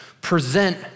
present